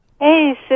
Hey